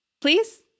Please